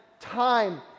time